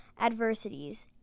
adversities